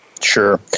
Sure